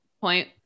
point